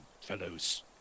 fellows